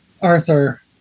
Arthur